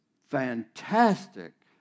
fantastic